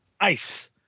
ice